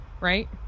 Right